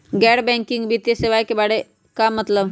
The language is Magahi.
गैर बैंकिंग वित्तीय सेवाए के बारे का मतलब?